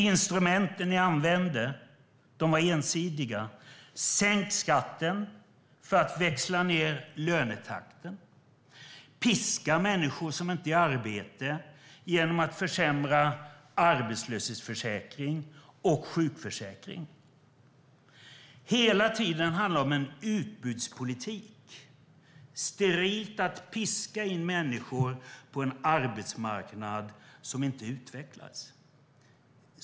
Instrumenten ni använde var ensidiga: Sänk skatten för att växla ned lönetakten! Piska människor som inte är i arbete genom att försämra arbetslöshetsförsäkring och sjukförsäkring! Hela tiden handlar det om en utbudspolitik och om att piska in människor på en arbetsmarknad som inte utvecklas.